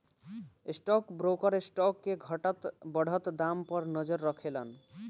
stock broker stock के घटत बढ़त दाम पर नजर राखेलन